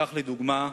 לדוגמה,